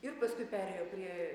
ir paskui perėjo prie